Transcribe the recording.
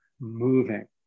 moving